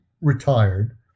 retired